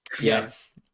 Yes